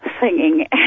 singing